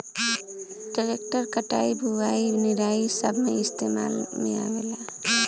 tractor कटाई, बुवाई, निराई सब मे इस्तेमाल में आवेला